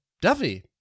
Duffy